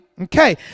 Okay